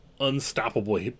unstoppable